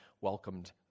welcomed